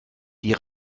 die